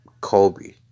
Kobe